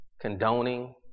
condoning